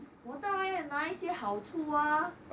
我当然要拿一些好处啊